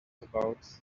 about